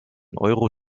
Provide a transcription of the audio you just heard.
euro